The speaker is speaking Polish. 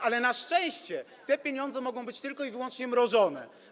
Ale na szczęście te pieniądze mogą być tylko i wyłączenie mrożone.